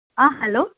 ஆ hello